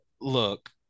look